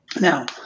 now